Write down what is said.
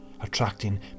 attracting